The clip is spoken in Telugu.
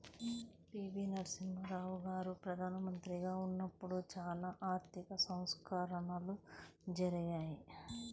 పి.వి.నరసింహారావు గారు ప్రదానమంత్రిగా ఉన్నపుడు చానా ఆర్థిక సంస్కరణలు జరిగాయి